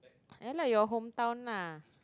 ya lah your hometown ah